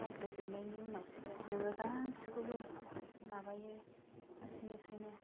बायग्रोजोबनायनि उनावसो नोङो गासैखौबो माबायो फारसेनिफ्रायनो